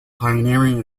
pioneering